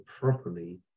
properly